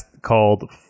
called